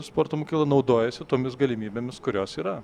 sporto mokykla naudojasi tomis galimybėmis kurios yra